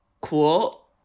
cool